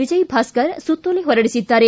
ವಿಜಯಭಾಸ್ಕರ್ ಸುತ್ತೋಲೆ ಹೊರಡಿಸಿದ್ದಾರೆ